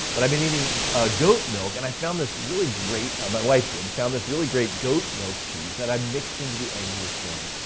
but i've been eating a goat milk and i found this really great, my wife did, found this really great goat milk cheese that i mixed into the eggs this morning.